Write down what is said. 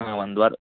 ಹಾಂ ಒಂದು ವಾರ